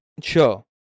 Sure